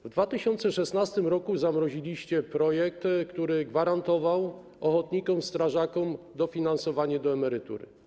W 2016 r. zamroziliście projekt, który gwarantował ochotnikom strażakom dofinansowanie do emerytury.